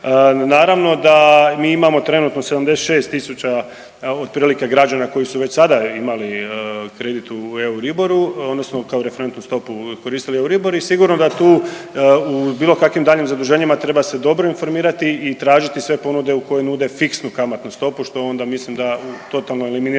Naravno da mi imamo trenutno 76000 otprilike građana koji su već sada imali kredit u Euriboru, odnosno kao referentnu stopu koristili Euribor i sigurno da tu u bilo kakvim daljnjim zaduženjima treba se dobro informirati i tražiti sve ponude koje nude fiksnu kamatnu stopu što onda mislim da totalno eliminira